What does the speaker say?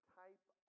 type